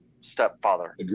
stepfather